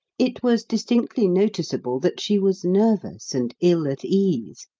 it was distinctly noticeable that she was nervous and ill at ease,